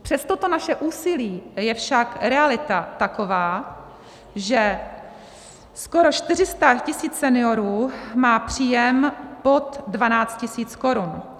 Přes toto naše úsilí je však realita taková, že skoro 400 tisíc seniorů má příjem pod 12 tisíc korun.